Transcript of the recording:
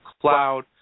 cloud